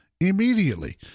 immediately